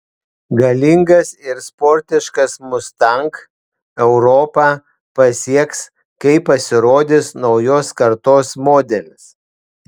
galingas ir sportiškas mustang europą pasieks kai pasirodys naujos kartos modelis